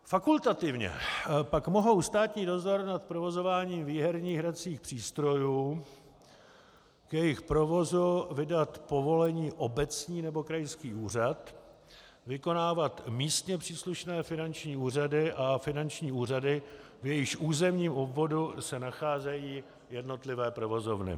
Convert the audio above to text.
Fakultativně pak mohou státní dozor nad provozováním výherních hracích přístrojů, k jejichž provozu vydal povolení obecní nebo krajský úřad, vykonávat místně příslušné finanční úřady a finanční úřady, v jejichž územním obvodu se nacházejí jednotlivé provozovny.